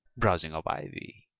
browsing of ivy